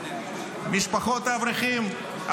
משפחות האברכים,